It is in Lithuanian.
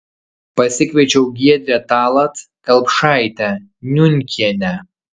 pasikviečiau giedrę tallat kelpšaitę niunkienę